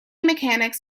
mechanics